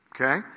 Okay